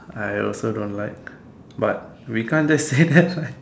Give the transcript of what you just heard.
I also don't like but we can't just say that what